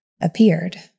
appeared